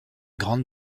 grande